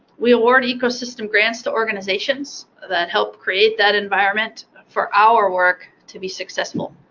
we award ecosystem grants to organizations that help create that environment for our work to be successful.